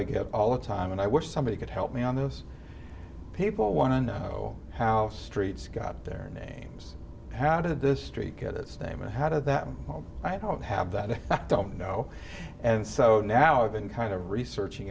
i get all the time and i wish somebody could help me on this people want to know how streets got their names how did this streak at its name and how did that i don't have that i don't know and so now i've been kind of researching